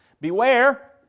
Beware